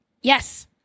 yes